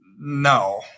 No